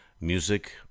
music